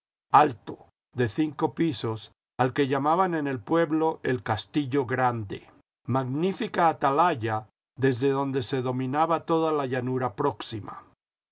alto de cinco pisos al que llamaban en el pueblo el castillo grande magnífica atalaya desde donde se dominaba toda la llanura próxima